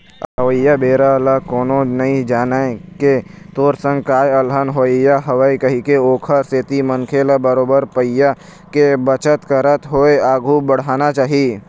अवइया बेरा ल कोनो नइ जानय के तोर संग काय अलहन होवइया हवय कहिके ओखर सेती मनखे ल बरोबर पइया के बचत करत होय आघु बड़हना चाही